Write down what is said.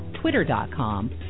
twitter.com